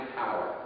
power